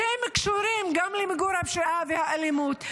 הקשורים גם למיגור הפשיעה והאלימות,